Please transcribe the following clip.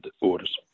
orders